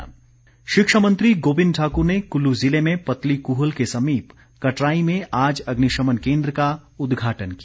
गोविंद ठाकुर शिक्षा मंत्री गोविंद ठाकुर ने कुल्लू जिले में पतलीकूहल के समीप कटराई में आज अग्निशमन केंद्र का उद्घाटन किया